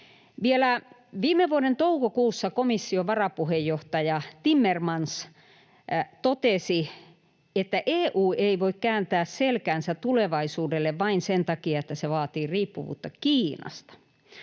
Vielä viime vuoden toukokuussa komission varapuheenjohtaja Timmermans totesi, että EU ei voi kääntää selkäänsä tulevaisuudelle vain sen takia, että se vaatii riippuvuutta Kiinasta.